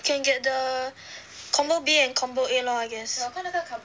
can get the combo B and combo A lah I guess